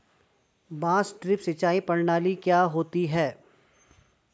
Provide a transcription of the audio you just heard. बांस ड्रिप सिंचाई प्रणाली क्या होती है?